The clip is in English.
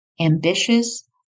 ambitious